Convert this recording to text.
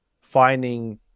finding